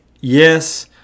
Yes